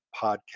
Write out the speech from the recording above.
podcast